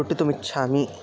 लुटितुम् इच्छामि